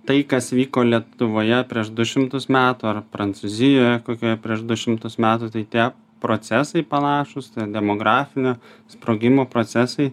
tai kas vyko lietuvoje prieš du šimtus metų ar prancūzijoje kokioje prieš du šimtus metų tai tie procesai panašūs demografinio sprogimo procesai